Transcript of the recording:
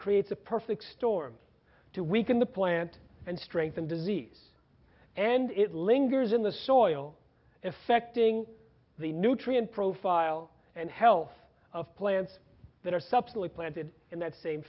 creates a perfect storm to weaken the plant and strengthen disease and it lingers in the soil effecting the nutrient profile and health of plants that are substantive planted in that same